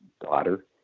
daughter